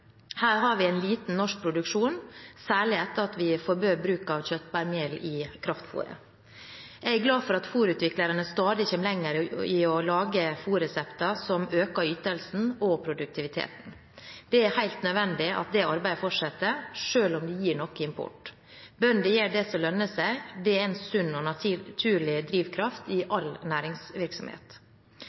Her har vi liten norsk produksjon, særlig etter at vi forbød bruk at kjøttbeinmel i kraftfôret. Jeg er glad for at fôrutviklerne stadig kommer lenger i å lage fôrresepter som øker ytelsen og produktiviteten. Det er helt nødvendig at det arbeidet fortsetter, selv om det gir noe import. Bønder gjør det som lønner seg. Det er en sunn og naturlig drivkraft i all næringsvirksomhet.